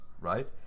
right